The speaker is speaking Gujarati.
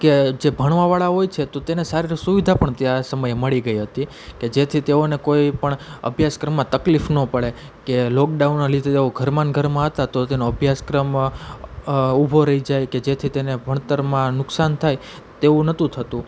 કે જે ભણવા વાળા હોય છે તો તેને સારી સુવિધા પણ તે આ સમયે મળી ગઈ હતી કે જેથી તેઓને કોઈપણ અભ્યાસક્રમમાં તકલીફ ન પડે કે લોકડાઉનના લીધે તેઓ ઘરમાં અને ઘરમાં હતા તો તેનો અભ્યાસક્રમ ઊભો રહી જાય કે જેથી તેને ભણતરમાં નુકસાન થાય તેવું નહોતું થતું